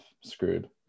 screwed